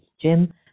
Jim